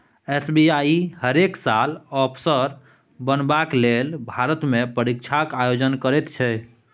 SBI हरेक साल अफसर बनबाक लेल भारतमे परीक्षाक आयोजन करैत छै